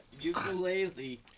Ukulele